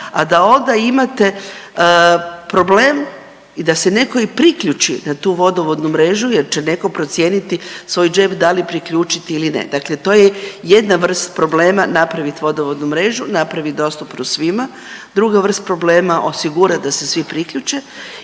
a da onda imate problem i da se neki i priključi na tu vodovodnu mrežu jer će neko procijeniti svoj džep da li priključiti ili, dakle to je jedna vrst problema napravit vodovodnu mrežu napravit dostupnu svima. Druga vrst problema osigurat da se svi priključe